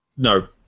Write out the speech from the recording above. No